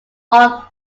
all